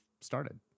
started